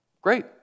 Great